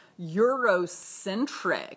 Eurocentric